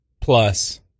plus